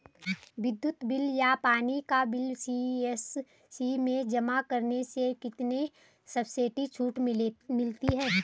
विद्युत बिल या पानी का बिल सी.एस.सी में जमा करने से कितने पर्सेंट छूट मिलती है?